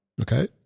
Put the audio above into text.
Okay